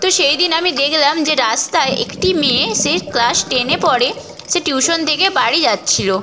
তো সেই দিন আমি দেখলাম যে রাস্তায় একটি মেয়ে সে ক্লাস টেনে পড়ে সে টিউশন থেকে বাড়ি যাচ্ছিলো